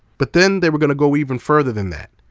but then they were gonna go even further than that,